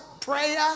prayer